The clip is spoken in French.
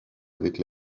avec